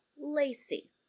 Lacey